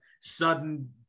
sudden